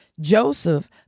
Joseph